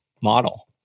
model